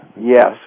Yes